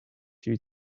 due